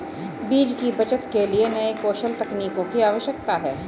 बीज की बचत के लिए नए कौशल तकनीकों की आवश्यकता है